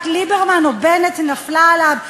מה, אימת ליברמן או בנט נפלה עליו?